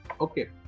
okay